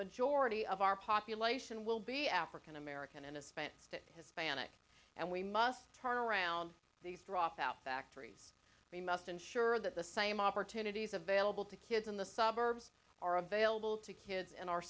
majority of our population will be african american and spent that hispanic and we must turn around these dropout factories we must ensure that the same opportunities available to kids in the suburbs are available to kids in our